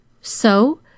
So